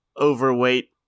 overweight